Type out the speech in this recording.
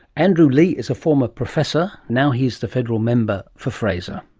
andrew leigh is a former professor. now he's the federal member for fraser.